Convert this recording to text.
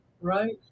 Right